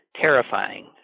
terrifying